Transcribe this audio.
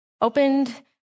Opened